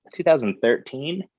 2013